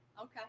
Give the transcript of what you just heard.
Okay